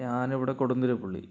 ഞാനിവിടെ കൊടുങ്കര പുള്ളി